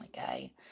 Okay